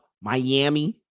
Miami